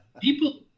people